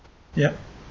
yup